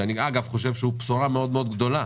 שאני חושב שהוא בשורה גדולה